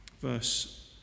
Verse